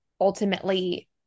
ultimately